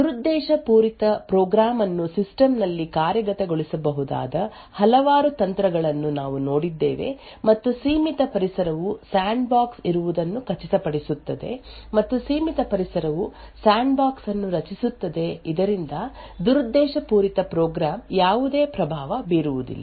ದುರುದ್ದೇಶಪೂರಿತ ಪ್ರೋಗ್ರಾಂ ಅನ್ನು ಸಿಸ್ಟಂ ನಲ್ಲಿ ಕಾರ್ಯಗತಗೊಳಿಸಬಹುದಾದ ಹಲವಾರು ತಂತ್ರಗಳನ್ನು ನಾವು ನೋಡಿದ್ದೇವೆ ಮತ್ತು ಸೀಮಿತ ಪರಿಸರವು ಸ್ಯಾಂಡ್ಬಾಕ್ಸ್ ಇರುವುದನ್ನು ಖಚಿತಪಡಿಸುತ್ತದೆ ಮತ್ತು ಸೀಮಿತ ಪರಿಸರವು ಸ್ಯಾಂಡ್ಬಾಕ್ಸ್ ಅನ್ನು ರಚಿಸುತ್ತದೆ ಇದರಿಂದ ದುರುದ್ದೇಶಪೂರಿತ ಪ್ರೋಗ್ರಾಂ ಯಾವುದೇ ಪ್ರಭಾವ ಬೀರುವುದಿಲ್ಲ